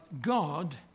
God